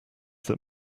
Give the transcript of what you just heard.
that